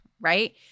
right